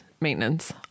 maintenance